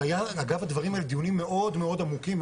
אבל היה אגב הדברים האלו דיונים מאוד מאוד עמוקים,